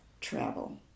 travel